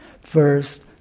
First